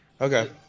Okay